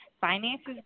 finances